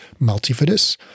multifidus